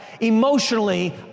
emotionally